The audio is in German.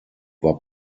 war